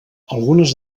algunes